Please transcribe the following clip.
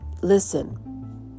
listen